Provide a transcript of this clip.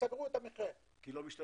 סגרו את המכרה כי לא משתלם.